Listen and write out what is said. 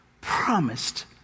promised